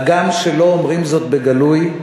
הגם שלא אומרים זאת בגלוי,